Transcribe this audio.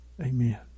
Amen